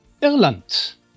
Irland